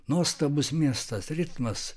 nuostabus miestas ritmas